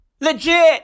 Legit